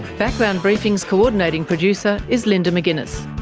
background briefing's co-ordinating producer is linda mcginness,